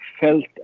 felt